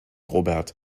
robert